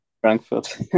Frankfurt